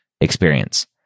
experience